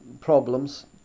problems